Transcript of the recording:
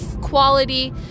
quality